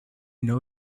know